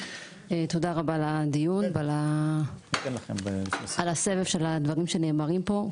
תודה רבה על הדיון ועל הסבב של הדברים שנאמרים פה,